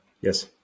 Yes